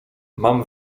mam